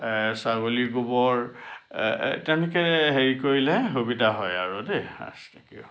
ছাগলী গোবৰ এই তেনেকৈ হেৰি কৰিলে সুবিধা হয় আৰু দেই আস্তেকৈ